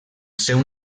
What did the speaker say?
seu